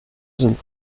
sind